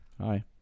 Hi